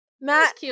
Matt